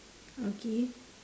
okay